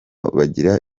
bagira